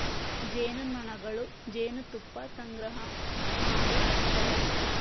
ಜೇನುನೊಣಗಳು ಜೇನುತುಪ್ಪಾ ಸಂಗ್ರಹಾ ಮಾಡು ಸ್ಥಳಾ